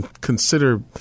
consider